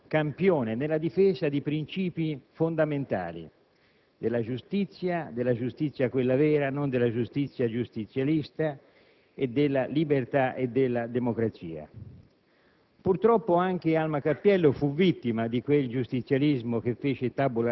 fece scomparire la cosiddetta Prima Repubblica, era campione nella difesa di princìpi fondamentali della giustizia, quella vera, non quella giustizialista, e della libertà e democrazia.